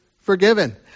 forgiven